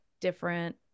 different